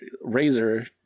razor